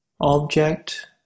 object